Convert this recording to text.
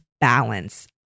balance